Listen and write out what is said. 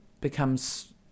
becomes